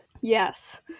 Yes